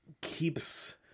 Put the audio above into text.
keeps